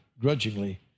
grudgingly